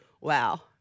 wow